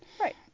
Right